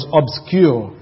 obscure